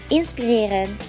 inspireren